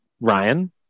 ryan